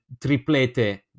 triplete